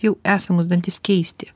jau esamus dantis keisti